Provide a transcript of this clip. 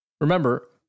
Remember